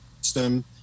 system